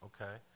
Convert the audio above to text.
okay